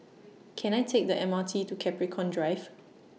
Can I Take The M R T to Capricorn Drive